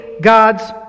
God's